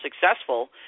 successful